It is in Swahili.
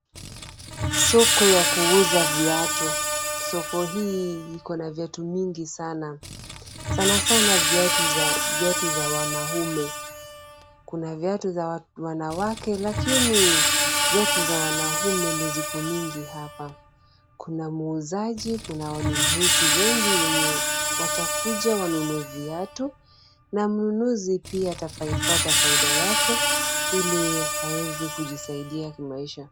Soko ya kuuza viatu. Soko hii ikona viatu mingi sana. Sana sana viatu za wanaume. Kuna viatu za wanawake lakini viatu za wanaume ndio ziko mingi hapa. Kuna muuzaji, kuna wanunuzi wengi wenye watakuja wanunue viatu na mnunuzi pia ataipata faida yake ili aweze kujisaidia kimaisha.